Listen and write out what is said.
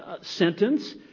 sentence